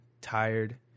tired